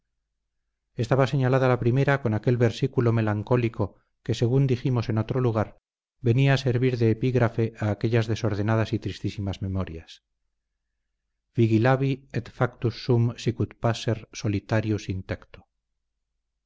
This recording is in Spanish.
estaba señalada la primera con aquel versículo melancólico que según dijimos en otro lugar venía a servir de epígrafe a aquellas desordenadas y tristísimas memorias vigilavi